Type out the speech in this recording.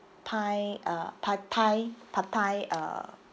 pie uh pad thai pad thai uh